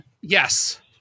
Yes